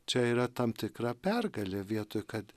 čia yra tam tikra pergalė vietoj kad